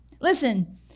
Listen